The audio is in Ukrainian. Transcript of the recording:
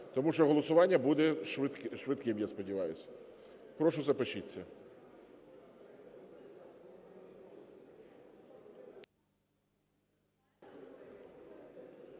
тому що голосування буде швидким, я сподіваюсь. Прошу, запишіться.